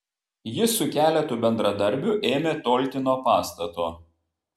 jis su keletu bendradarbių ėmė tolti nuo pastato